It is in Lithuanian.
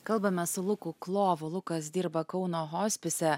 kalbame su luku klovu lukas dirba kauno hospise